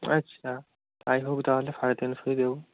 আচ্ছা তাই হোক তাহলে সাড়ে তিনশোই দেব